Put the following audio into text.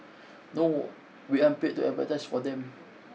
no we aren't paid to advertise for them